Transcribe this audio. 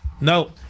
no